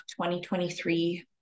2023